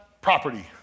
property